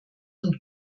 und